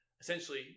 Essentially